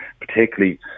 particularly